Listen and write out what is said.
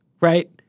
right